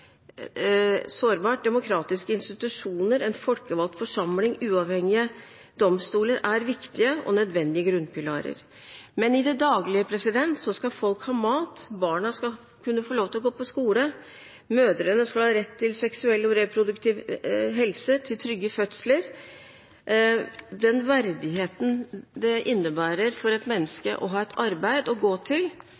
sårbart. Demokratiske institusjoner, en folkevalgt forsamling og uavhengige domstoler er viktige og nødvendige grunnpilarer. Men i det daglige skal folk ha mat, barna skal kunne få lov til å gå på skole, mødrene skal ha rett til seksuell og reproduktiv helse, til trygge fødsler og til den verdigheten det innebærer for et menneske